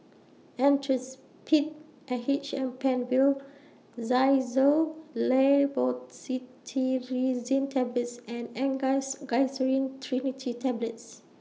Actrapid and H M PenFill Xyzal Levocetirizine Tablets and Angised Glyceryl Trinitrate Tablets